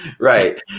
right